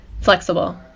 flexible